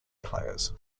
players